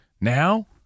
Now